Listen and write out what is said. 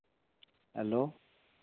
hello